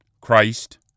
Christ